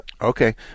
Okay